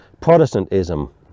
protestantism